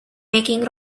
making